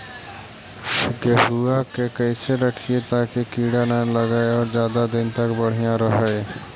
गेहुआ के कैसे रखिये ताकी कीड़ा न लगै और ज्यादा दिन तक बढ़िया रहै?